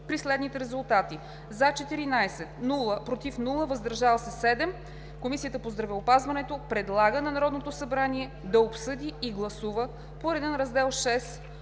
при следните резултати: „за“ – 14, без „против“, „въздържали се“ – 7, Комисия по здравеопазването предлага на Народното събрание да обсъди и гласува по реда на Раздел VI